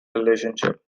relationship